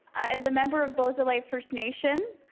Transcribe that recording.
as a member of beausoleil first nation,